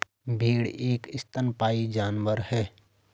भेड़ एक स्तनपायी जानवर है